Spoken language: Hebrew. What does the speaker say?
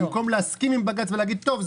במקום להסכים עם בג"ץ ולהגיד: טוב,